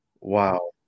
Wow